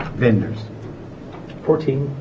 vendors fourteen